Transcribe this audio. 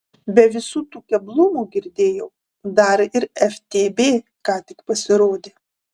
be visų tų keblumų girdėjau dar ir ftb ką tik pasirodė